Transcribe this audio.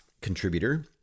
contributor